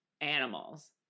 animals